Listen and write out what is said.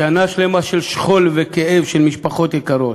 שנה שלמה של שכול וכאב של משפחות יקרות,